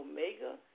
Omega